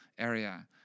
area